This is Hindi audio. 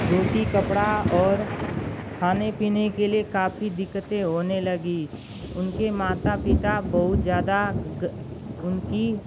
रोटी कपड़ा और खाने पीने के लिए काफ़ी दिक्कतें होने लगीं उनके माता पिता बहुत ज़्यादा उनकी